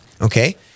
Okay